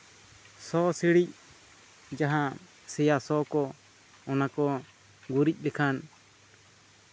ᱥᱚ ᱥᱤᱲᱤᱡ ᱡᱟᱦᱟᱸ ᱥᱮᱭᱟ ᱥᱚ ᱠᱚ ᱚᱱᱟ ᱠᱚ ᱜᱩᱨᱤᱡᱽ ᱞᱮᱠᱷᱟᱱ